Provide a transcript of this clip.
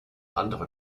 andere